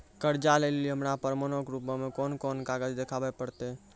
कर्जा लै लेली हमरा प्रमाणो के रूपो मे कोन कोन कागज देखाबै पड़तै?